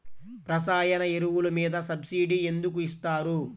రసాయన ఎరువులు మీద సబ్సిడీ ఎందుకు ఇస్తారు?